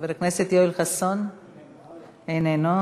חבר הכנסת יואל חסון, איננו.